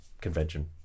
convention